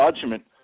judgment